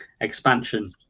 expansion